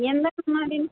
எந்த மாதிரிங்க